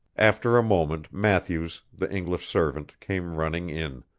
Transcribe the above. after a moment matthews, the english servant, came running in.